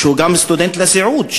הוא גם סטודנט לסיעוד,